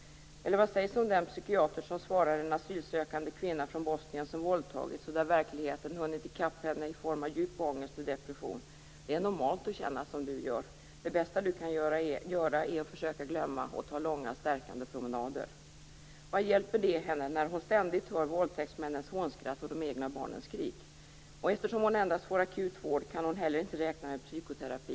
Vad som sägs om den psykiater som svarar en asylsökande kvinna från Bosnien som våldtagits och där verkligheten hunnit ikapp henne i form av djup ångest och depression så här: Det är normalt att känna som du gör. Det bästa du kan göra är att försöka glömma och ta långa stärkande promenader. Vad hjälper det henne när hon ständigt hör våldtäktsmännens hånskratt och de egna barnens skrik? Eftersom hon endast får akut vård kan hon heller inte räkna med psykoterapi.